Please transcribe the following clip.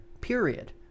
period